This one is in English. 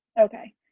okay